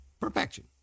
perfection